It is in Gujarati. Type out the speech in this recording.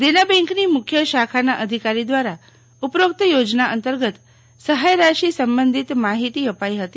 દેના બેંકની મુખ્ય શાખાના અધિકારી દ્રારા ઉપરોક્ત યોજના અંતંગત સહાયરાશિ સંબંધિત માહિતી અપાય હતી